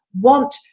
want